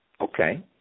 Okay